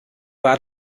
war